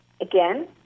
Again